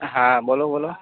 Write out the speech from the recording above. હા બોલો બોલો